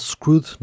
Screwed